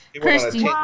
Christy